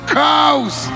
cows